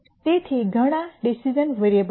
તેથી ઘણા decision variables છે